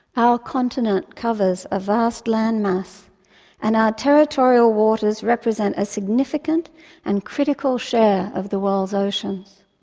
our continent covers a vast land mass and our territorial waters represent a significant and critical share of the world's oceans.